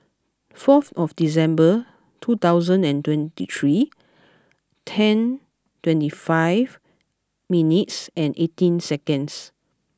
forth of December two thousand and twenty three ten twenty five minutes and eighteen seconds